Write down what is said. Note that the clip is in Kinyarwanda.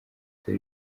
dore